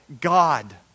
God